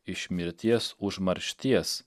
iš mirties užmaršties